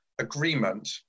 agreement